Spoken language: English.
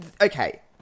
okay